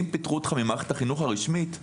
אם פיטרו אותך ממערכת החינוך הרשמית,